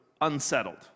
unsettled